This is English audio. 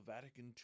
Vatican